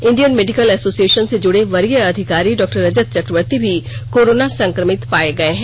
Indian medical association से जुड़े वरीय अधिकारी डॉ रजत चक्रवर्ती भी कोरोना संक्रमित पाए गए हैं